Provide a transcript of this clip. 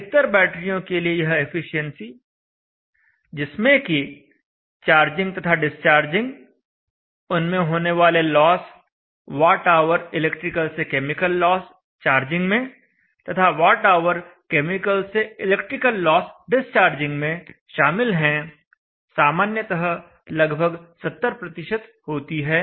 अधिकतर बैटरियों के लिए यह एफिशिएंसी जिसमें कि चार्जिंग तथा डिस्चार्जिंग उनमें होने वाले लॉस वॉट ऑवर इलेक्ट्रिकल से केमिकल लॉस चार्जिंग में तथा वॉट ऑवर केमिकल से इलेक्ट्रिकल लॉस डिस्चार्जिंग में शामिल हैं सामान्यतः लगभग 70 होती है